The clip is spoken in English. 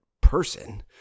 person